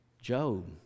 Job